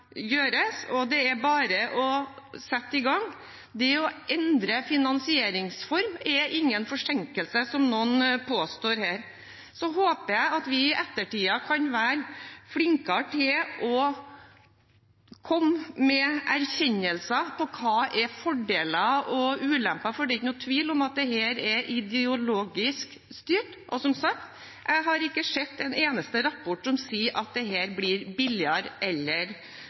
gjøres, og det er bare å sette i gang. Det å endre finansieringsform er ingen forsinkelse, slik noen påstår her. Jeg håper vi i ettertid kan være flinkere til å komme med erkjennelser om hva som er fordeler og ulemper, for det er ingen tvil om at dette er ideologisk styrt. Jeg har som sagt ikke sett en eneste rapport som sier at dette blir billigere.